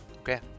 Okay